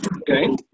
okay